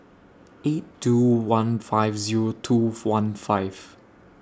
eight two one five Zero two one five